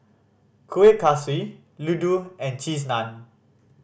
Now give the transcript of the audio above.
Kueh Kaswi laddu and Cheese Naan